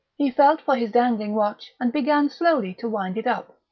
he felt for his dangling watch and began slowly to wind it up.